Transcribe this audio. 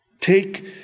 Take